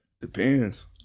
depends